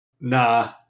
Nah